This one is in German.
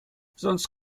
sonst